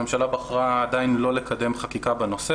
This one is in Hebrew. הממשלה בחרה עדיין לא לקדם חקיקה בנושא